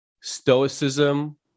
stoicism